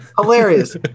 hilarious